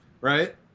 right